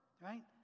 right